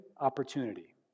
opportunity